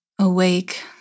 awake